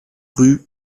rue